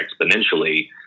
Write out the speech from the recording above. exponentially